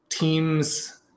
teams